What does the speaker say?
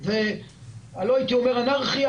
לא הייתי אומר אנרכיה,